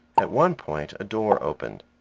at one point a door opened.